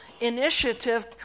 initiative